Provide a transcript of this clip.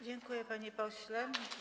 Dziękuję, panie pośle.